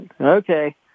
Okay